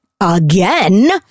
again